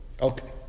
Okay